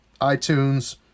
iTunes